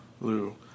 Lou